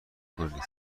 کنید